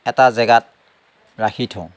এটা জেগাত ৰাখি থওঁ